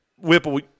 Whipple